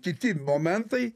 kiti momentai